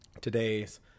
today's